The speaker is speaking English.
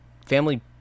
Family